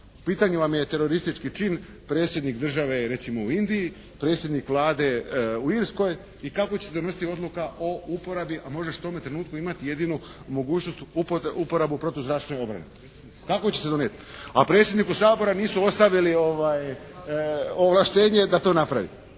pitanjima mi je teroristički čin. Predsjednik države je recimo u Indiji, predsjednik Vlade u Irskoj i kako će se donositi odluka o uporabi, a možeš u tome trenutku imati jedinu mogućnost uporabu protuzračne obrane. Kako će se donijeti? A predsjedniku Sabora nisu ostavili ovlaštenje da to napravi?